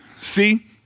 See